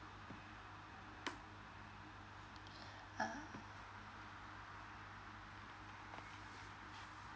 ah